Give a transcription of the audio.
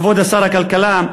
כבוד שר הכלכלה,